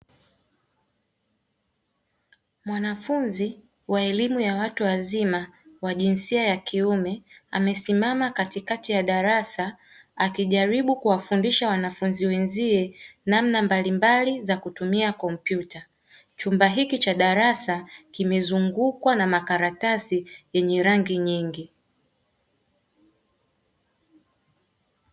Mwanafunzi wa elimu ya watu wazima wa jinsia ya kiume amesimama katikati ya darasa akijaribu kuwafundisha wanafunzi wenzie namna mbalimbali za kutumia kompyuta chumba hiki cha darasa kimezungukwa na makaratasi yenye rangi nyingi.